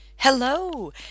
Hello